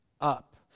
up